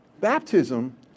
baptism